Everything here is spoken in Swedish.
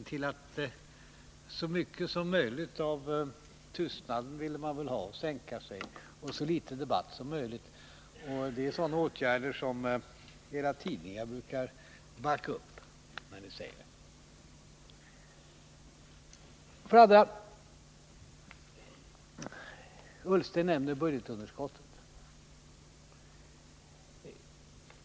Ni ville att tystnaden så mycket som möjligt skulle sänka sig över kammaren, ni ville ha så litet debatt som möjligt. Det är sådana åtgärder som era tidningar brukar backa upp. Ola Ullsten nämnde budgetunderskottet.